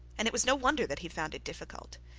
and it was no wonder that he found it difficult.